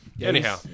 Anyhow